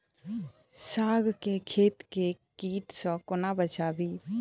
साग केँ खेत केँ कीट सऽ कोना बचाबी?